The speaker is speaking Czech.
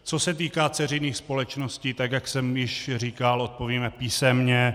Co se týká dceřiných společností, tak jak jsem již říkal, odpovíme písemně.